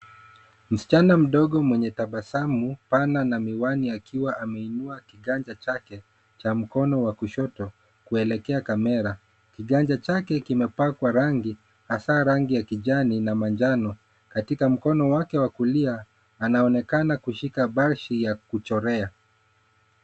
Msichana mdogo mwenye tabasamu pana na miwani akiwa ameinua kiganja chake cha mkono wa kushoto kuelekea kamera. Kiganja chake kimepakwa rangi hasa rangi ya kijani na manjano. Katika mkono wake wa kulia anaonekana kushika brashi ya kuchorea.